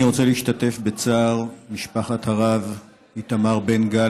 אני רוצה להשתתף בצער משפחת הרב איתמר בן גל,